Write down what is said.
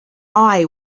eye